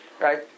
right